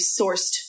sourced